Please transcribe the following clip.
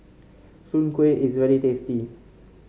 Soon Kway is very tasty